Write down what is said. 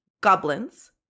goblins